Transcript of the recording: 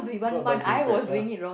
so I buy three pairs lah